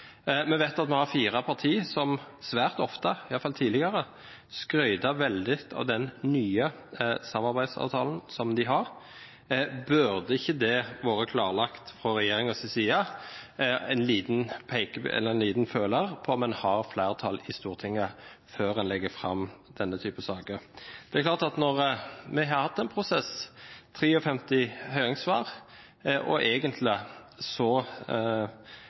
Vi vet at vi har fire partier som svært ofte, iallfall tidligere, har skrytt veldig av den nye samarbeidsavtalen som de har. Burde det ikke vært klarlagt fra regjeringens side – ved å ha en liten føler ute – om en har flertall i Stortinget, før en legger fram denne type saker? Vi har hatt en prosess med 53 høringssvar – egentlig